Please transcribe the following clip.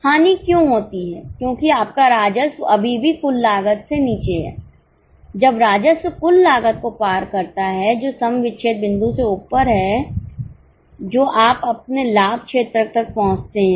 हानि क्यों होती है क्योंकि आपका राजस्व अभी भी कुल लागत से नीचे है जब राजस्व कुल लागत को पार करता है जोसम विच्छेद बिंदु से ऊपर है जो आप अपने लाभ क्षेत्र तक पहुंचते हैं